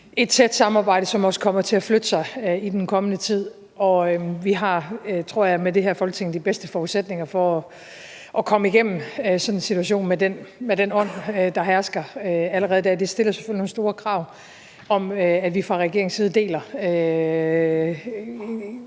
et tæt samarbejde, som også kommer til at flytte sig i den kommende tid, og jeg tror, at vi med det her Folketing har de bedste forudsætninger for at komme igennem sådan en situation med den ånd, der hersker allerede. Det stiller selvfølgelig nogle store krav om, at vi fra regeringens side deler